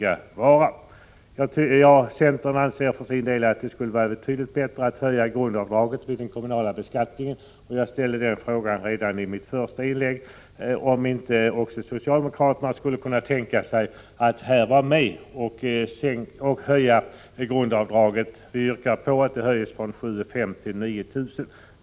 Centern anser för sin del att det skulle vara betydligt bättre att höja grundavdraget vid den kommunala beskattningen. Jag ställde redan i mitt första inlägg frågan om inte också socialdemokraterna skulle kunna tänka sig att vara med att höja grundavdraget. Vi yrkar på en höjning från 7 500 kr. till 9 000 kr.